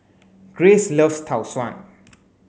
Grayce loves Tau Suan